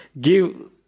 give